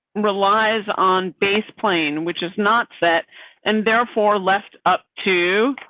relies on base plane, which is not set and therefore left up to.